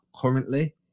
currently